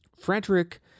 Frederick